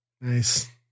Nice